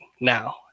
now